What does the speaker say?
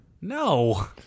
No